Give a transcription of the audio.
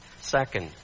Second